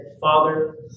Father